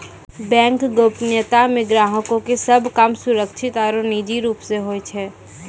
bank गोपनीयता मे ग्राहको के सभ काम सुरक्षित आरु निजी रूप से होय छै